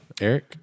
Eric